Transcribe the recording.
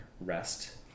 rest